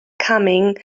coming